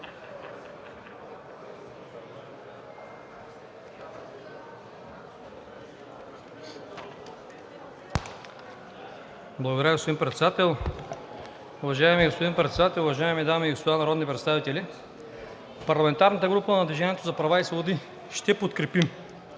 Уважаеми господин Председател, уважаеми дами и господа народни представители! Парламентарната група на „Движение за права и свободи“ ще подкрепи